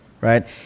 right